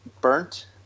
burnt